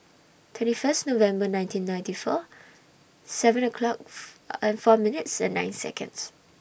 twenty First November nineteen ninety four seven o'clock and four minutes and nine Seconds